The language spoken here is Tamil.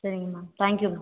சரிங்க மேம் தாங்க்யூ மேம்